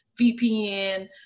VPN